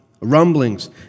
rumblings